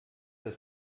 das